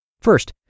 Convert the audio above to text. First